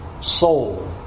soul